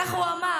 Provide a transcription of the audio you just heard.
כך הוא אמר.